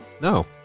no